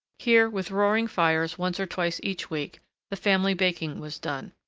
here with roaring fires once or twice each week the family baking was done.